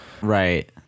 Right